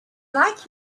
like